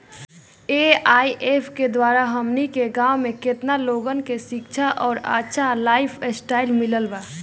AIF के द्वारा हमनी के गांव में केतना लोगन के शिक्षा और अच्छा लाइफस्टाइल मिलल बा